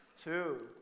two